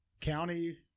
county